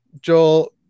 Joel